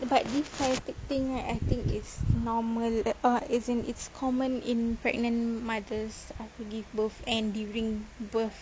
but this sciatic thing right I think is normal as in it's common in pregnant mothers after you give birth and during birth